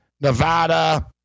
Nevada